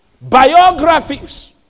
Biographies